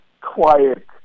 quiet